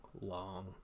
long